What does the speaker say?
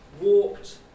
walked